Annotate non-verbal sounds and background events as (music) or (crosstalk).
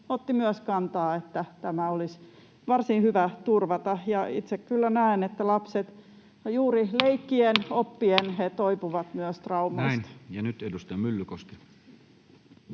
otti myös kantaa, että tämä olisi varsin hyvä turvata. Itse kyllä näen, että lapset (noise) juuri leikkien, oppien toipuvat myös traumoista. Näin. — Ja nyt edustaja Myllykoski.